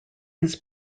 his